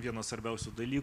vienas svarbiausių dalykų